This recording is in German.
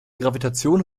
gravitation